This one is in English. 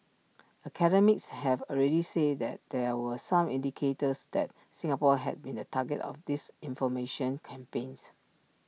academics have already said that there were some indicators that Singapore has been the target of disinformation campaigns